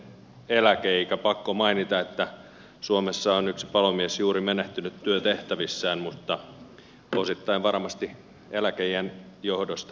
pakko mainita että suomessa on yksi palomies juuri menehtynyt työtehtävissään osittain varmasti eläkeiän johdosta